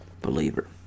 believer